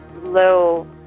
low